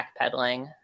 backpedaling